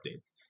updates